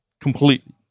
completely